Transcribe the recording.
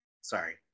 Sorry